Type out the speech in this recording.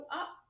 up